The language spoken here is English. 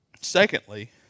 Secondly